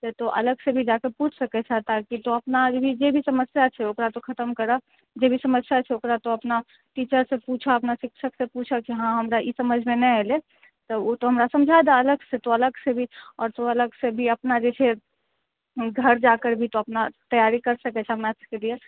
तऽ तोँ अलग से भी जाके पुछि सकैत छह कि तोँ अपना जे भी समस्या छै ओकरा तोँ खत्म करऽ जे भी समस्या छै से ओकरा तोँ अपना टीचर से पुछऽ अपना शिक्षक से पुछऽ कि हँ हमरा ई समझमे नहि अयलै तऽ ओ तोँ हमरा समझा दऽ अलग से तऽ अलग से भी आओर तोँ अलग से भी अपना जे छै घर जाकर भी तोँ अपना तैयारी कैर सकैत छह मैथ्सके लिए